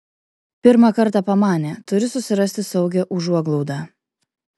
pirmą kartą pamanė turiu susirasti saugią užuoglaudą